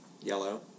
Yellow